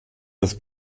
das